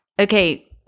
Okay